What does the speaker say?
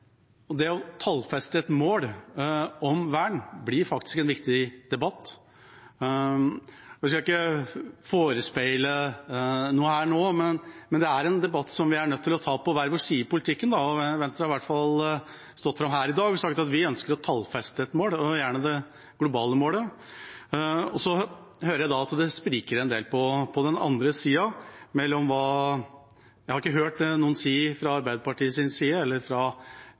er en debatt vi er nødt til å ta på hver vår side i politikken. Venstre har i hvert fall stått fram her i dag og sagt at vi ønsker å tallfeste et mål, og gjerne det globale målet. Så hører jeg at det spriker en del på den andre siden. Jeg har ikke hørt noen si noe om det fra Arbeiderpartiet.